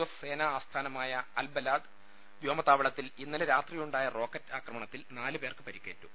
S സേനാ ആസ്ഥാനമായ അൽബലാദ് വ്യോമതാവളത്തിൽ ഇന്നലെ രാത്രിയുണ്ടായ റോക്കറ്റ് ആക്രമണത്തിൽ നാല് പേർക്ക് പരിക്കേറ്റു